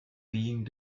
being